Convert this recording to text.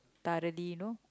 thoroughly you know